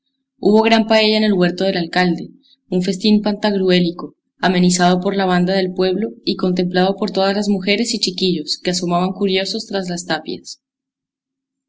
hubo gran paella en el huerto del alcalde un festín pantagruélico amenizado por la banda del pueblo y contemplado por todas las mujeres y chiquillos que asomaban curiosos tras las tapias